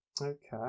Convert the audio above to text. okay